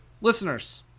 listeners